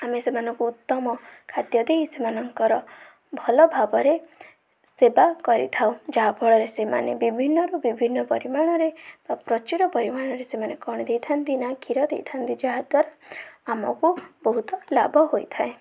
ଆମେ ସେମାନଙ୍କୁ ଉତ୍ତମ ଖାଦ୍ୟ ଦେଇ ସେମାନଙ୍କର ଭଲ ଭାବରେ ସେବା କରିଥାଉ ଯାହାଫଳରେ ସେମାନେ ବିଭିନ୍ନରୁ ବିଭିନ୍ନ ପରିମାଣରେ ବା ପ୍ରଚୁର ପରିମାଣରେ ସେମାନେ କଣ ଦେଇଥାନ୍ତି ନା କ୍ଷୀର ଦେଇଥାନ୍ତି ଯାହାଦ୍ଵାରା ଆମକୁ ବହୁତ ଲାଭ ହୋଇଥାଏ